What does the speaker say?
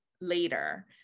later